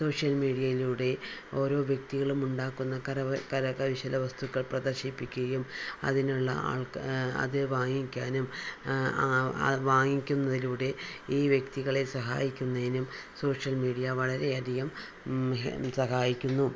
social മീഡിയയിലൂടെ ഓരോ വ്യക്തികളും ഉണ്ടാക്കുന്ന കര കരകൗശല വസ്തുക്കൾ പ്രദർശിപ്പിക്കുകയും അതിനുള്ള ആൾക്കാ അത് വാങ്ങിക്കാനും വാങ്ങിക്കുന്നതിലൂടെ ഈ വ്യക്തികളെ സഹായിക്കുന്നതിനും സോഷ്യൽ മീഡിയ വളരെയധികം ഹേ സഹായിക്കുന്നു